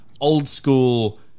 old-school